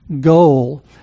goal